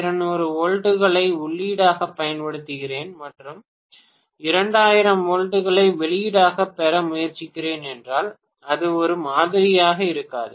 2200 வோல்ட்டுகளை உள்ளீடாகப் பயன்படுத்துகிறேன் மற்றும் 2000 வோல்ட்களை வெளியீட்டாகப் பெற முயற்சிக்கிறேன் என்றால் அது ஒரே மாதிரியாக இருக்காது